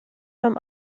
vom